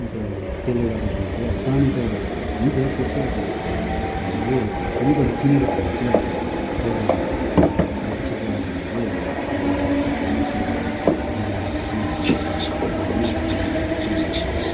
अन्त त्यसले गर्दाखेरि चाहिँ पानी त हुन्छ त्यस्तो अब हामीले कहीँबाट किनेर खानु चाहिँ अब पर्दैन दुःख सुख अब हामीले गएर भए पनि के गरेर बनाएर भए पनि एउटा हामीले गाउँमा पानी चाहिँ हामीले